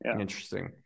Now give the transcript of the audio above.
interesting